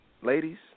ladies